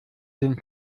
sind